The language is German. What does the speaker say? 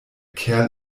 kerl